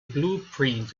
blueprint